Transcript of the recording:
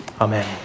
amen